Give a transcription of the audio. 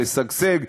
לשגשג,